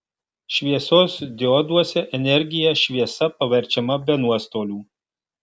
šviesos dioduose energija šviesa paverčiama be nuostolių